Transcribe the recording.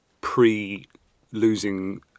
pre-losing